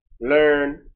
learn